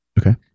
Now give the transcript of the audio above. Okay